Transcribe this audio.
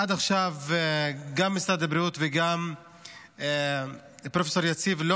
עד עכשיו גם משרד הבריאות וגם פרופ' יציב לא